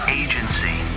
agency